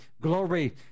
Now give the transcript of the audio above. glory